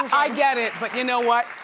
i get it. but you know what?